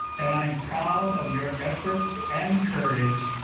and i am proud of your efforts and courage.